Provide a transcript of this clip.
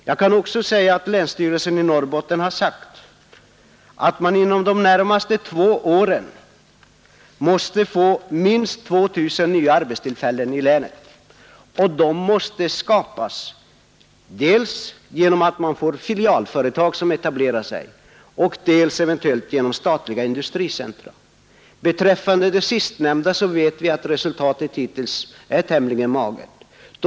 Jag kan också nämna att länsstyrelsen i Norrbottens län har sagt att man inom de närmaste två åren måste få minst 2 000 nya arbetstillfällen i länet, och de måste skapas inom industrisektorn dels genom etablering av filialföretag, dels genom statliga industricentra. Beträffande det sistnämnda alternativet vet vi att resultatet hittills är tämligen magert.